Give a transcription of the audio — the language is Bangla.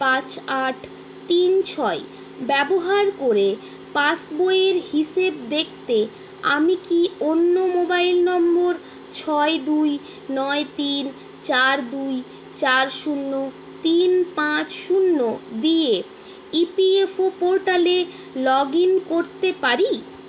পাঁচ আট তিন ছয় ব্যবহার করে পাসবইয়ের হিসেব দেখতে আমি কি অন্য মোবাইল নম্বর ছয় দুই নয় তিন চার দুই চার শূন্য তিন পাঁচ শূন্য দিয়ে ই পি এফ ও পোর্টালে লগ ইন করতে পারি